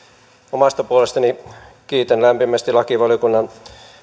omasta puolestani kiitän lämpimästi lakivaliokunnan